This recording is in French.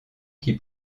qui